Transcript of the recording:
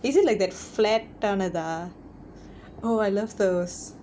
is it like the flat ஆனதா:aanathaa oh I love those